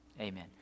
Amen